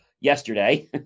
yesterday